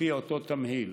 לפי אותו תמהיל.